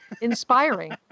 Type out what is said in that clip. inspiring